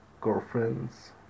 girlfriends